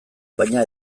baina